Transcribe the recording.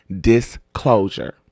Disclosure